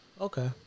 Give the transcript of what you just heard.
Okay